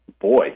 boy